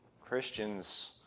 Christians